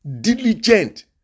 Diligent